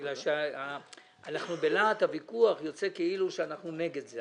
בגלל להט הוויכוח יוצא כאילו שאנחנו נגד זה.